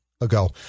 ago